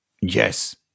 Yes